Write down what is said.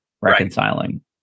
reconciling